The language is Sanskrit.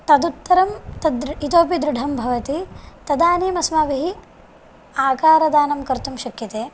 तदुत्तरं तद्दृ इतोपि दृढं भवति तदानीम् अस्माभिः आकारदानं कर्तुं शक्यते